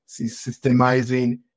systemizing